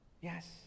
Yes